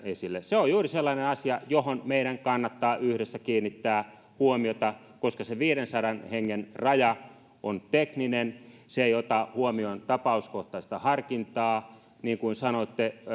esille se on juuri sellainen asia johon meidän kannattaa yhdessä kiinnittää huomiota koska se viidensadan hengen raja on tekninen se ei ota huomioon tapauskohtaista harkintaa niin kuin sanoitte